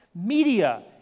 Media